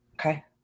Okay